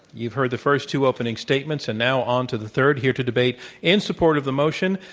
you've heard the first two opening statements, and now onto the third. here to debate in support of the motion,